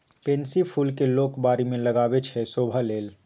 pansy फुल केँ लोक बारी मे लगाबै छै शोभा लेल